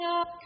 up